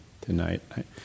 tonight